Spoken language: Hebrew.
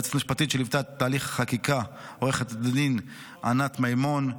ליועצת המשפטית שליוותה את תהליך החקיקה עורכת הדין ענת מימון,